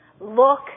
look